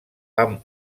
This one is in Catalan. amb